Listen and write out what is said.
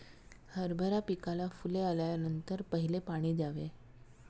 हरभरा पिकाला फुले आल्यानंतर पहिले पाणी द्यावे